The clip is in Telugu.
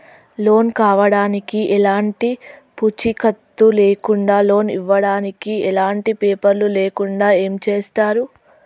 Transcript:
లోన్ కావడానికి ఎలాంటి పూచీకత్తు లేకుండా లోన్ ఇవ్వడానికి ఎలాంటి పేపర్లు లేకుండా ఏం చేస్తారు?